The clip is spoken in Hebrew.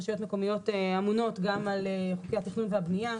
רשויות מקומיות אמונות גם על חוקי התכנון והבנייה,